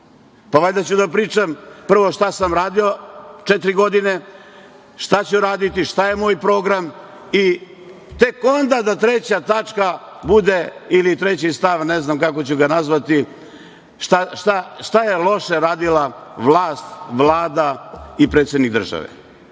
Pa, valjda ću da pričam prvo šta sam radio četiri godine, šta ću raditi, šta je moj program i tek onda da treća tačka bude ili treći stav, ne znam kako ću ga nazvati, šta je loše radila vlast, Vlada i predsednik države.